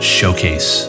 Showcase